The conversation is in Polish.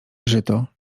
żyto